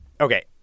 Okay